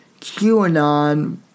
QAnon